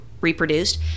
reproduced